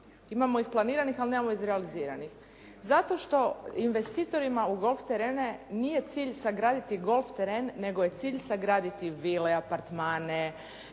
Imamo ih planiranih ali nemamo izrealiziranih. Zato što investitorima u golf terene nije cilj sagraditi golf teren nego je cilj sagraditi vile, apartmane